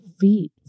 feet